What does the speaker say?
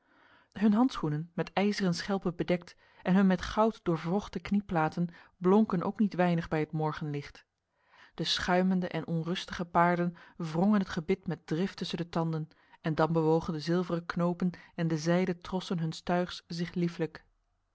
hun handschoenen met ijzeren schelpen bedekt en hun met goud doorwrochte knieplaten blonken ook niet weinig bij het morgenlicht de schuimende en onrustige paarden wrongen het gebit met drift tussen de tanden en dan bewogen de zilveren knopen en de zijden trossen huns tuigs zich liefelijk